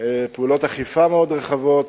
ופעולות אכיפה מאוד רחבות.